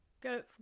go